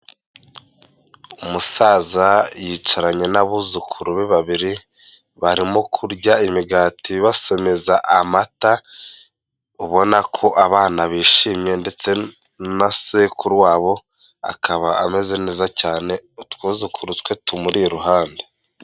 Umusaza yicaranye n'abuzukuru be babiri, barimo kurya imigati basomeza amata, ubona ko abana bishimye ndetse na sekuru wabo, akaba ameze neza cyane, utwuzukuru tswe tumuri iruhande.